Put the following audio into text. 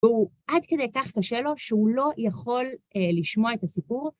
והוא עד כדי כך קשה לו שהוא לא יכול לשמוע את הסיפור.